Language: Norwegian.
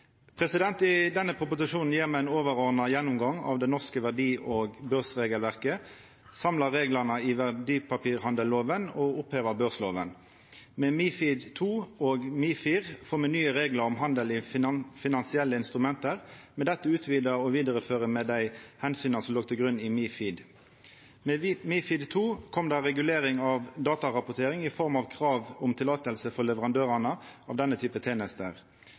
I samband med denne proposisjonen gjer me ein overordna gjennomgang av det norske verdi- og børsregelverket, samlar reglane i verdipapirhandelloven og opphevar børsloven. Med MiFID II og MiFIR får me nye reglar om handel i finansielle instrument. Med dette utvidar og vidarefører me dei omsyna som låg til grunn i MiFID. Med MiFID II kom det regulering av datarapportering i form av krav om løyve for leverandørane av denne